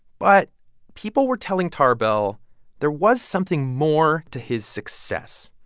but people were telling tarbell there was something more to his success,